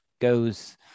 goes